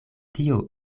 tio